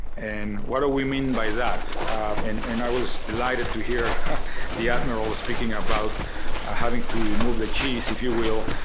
and what do we mean by that? and and i was delighted to hear the admiral speaking about having to move the cheese, if you will,